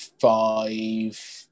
five